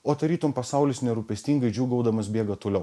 o tarytum pasaulis nerūpestingai džiūgaudamas bėga toliau